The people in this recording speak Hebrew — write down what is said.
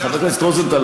חבר הכנסת רוזנטל,